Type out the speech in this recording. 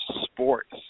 sports